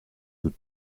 good